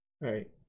Right